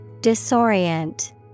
Disorient